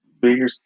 Bigger